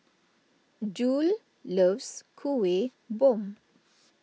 Jule loves Kuih Bom